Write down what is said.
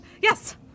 Yes